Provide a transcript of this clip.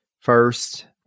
first